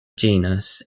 genus